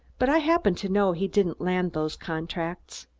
but i happen to know he didn't land those contracts.